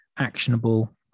actionable